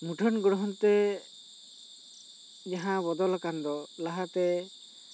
ᱢᱩᱴᱷᱟᱹᱱ ᱜᱚᱲᱦᱚᱱ ᱛᱮ ᱡᱟᱦᱟᱸ ᱵᱚᱫᱚᱞ ᱟᱠᱟᱱ ᱫᱚ ᱞᱟᱦᱟᱛᱮ